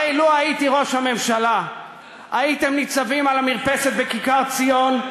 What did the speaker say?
הרי לו הייתי ראש הממשלה הייתם ניצבים על המרפסת בכיכר-ציון,